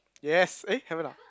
yes eh haven't ah